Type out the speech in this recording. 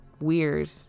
weird